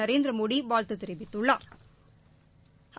நரேந்திரமோடி வாழ்த்து தெரிவித்துள்ளாா்